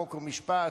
חוק ומשפט,